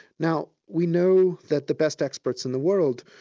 now we know that the best experts in the world,